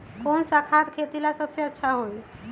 कौन सा खाद खेती ला सबसे अच्छा होई?